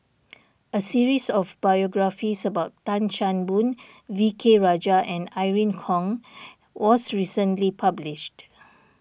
a series of biographies about Tan Chan Boon V K Rajah and Irene Khong was recently published